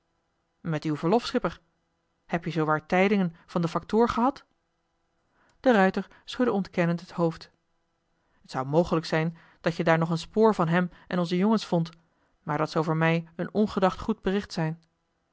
met uw verlof schipper heb-je zoowaar tijdingen van den factoor gehad de ruijter schudde ontkennend het hoofd t zou mogelijk zijn dat je daar nog een spoor van hem en onze jongens vond maar dat zou voor mij een ongedacht goed bericht zijn